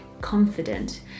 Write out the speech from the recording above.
confident